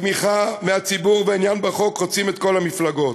התמיכה מהציבור והעניין בחוק חוצים את כל המפלגות,